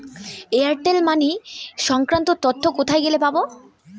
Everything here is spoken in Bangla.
এয়ারটেল মানি সংক্রান্ত তথ্য কোথায় গেলে পাব?